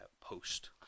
post